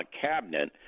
cabinet